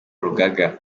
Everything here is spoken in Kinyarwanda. rugaga